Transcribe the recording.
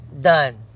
done